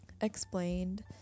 Explained